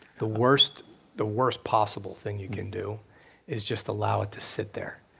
the worst the worst possible thing you can do is just allow it to sit there,